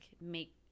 make